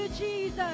Jesus